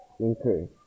Okay